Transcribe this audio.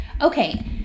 okay